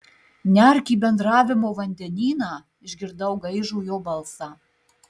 nerk į bendravimo vandenyną išgirdau gaižų jo balsą